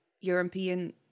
European